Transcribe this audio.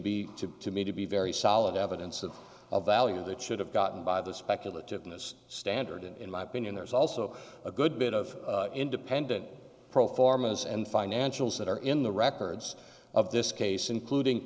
be to me to be very solid evidence of a value that should have gotten by the speculative this standard in my opinion there's also a good bit of independent pro forma as and financials that are in the records of this case including